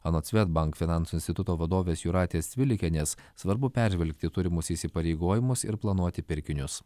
anot swedbank finansų instituto vadovės jūratės cvilikienės svarbu peržvelgti turimus įsipareigojimus ir planuoti pirkinius